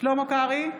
שלמה קרעי,